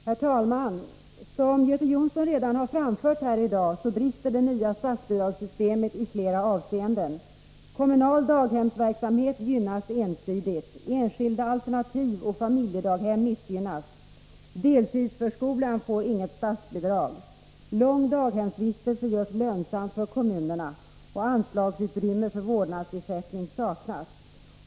Herr talman! Som Göte Jonsson redan har framfört i dag brister det nya statsbidragssystemet i flera avseenden: Kommunal daghemsverksamhet gynnas ensidigt, enskilda alternativ och familjedaghem missgynnas, deltidsförskolan får inget statsbidrag, lång daghemsvistelse görs lönsam för kommunerna och anslagsutrymme för vårdnadsersättning saknas.